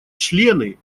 члены